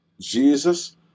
Jesus